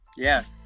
yes